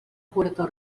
puerto